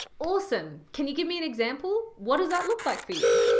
awesome, can you give me an example? what does that look like for you?